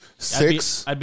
Six